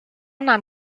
nahm